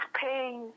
pain